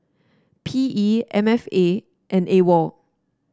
P E M F A and A W O L